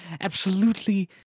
absolutely-